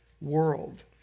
world